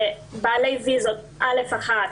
בעלי אשרות כניסה א/1,